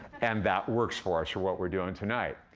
and that works for us for what we're doing tonight.